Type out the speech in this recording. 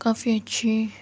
کافی اچھی